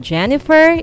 Jennifer